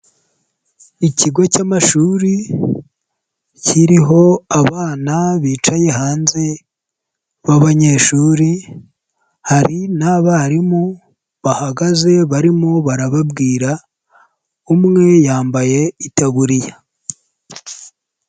Ikigo cy'amashuri, kiriho abana bicaye hanze b'abanyeshuri, hari n'abarimu bahagaze barimo barababwira, umwe yambaye itaburiya.